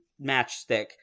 matchstick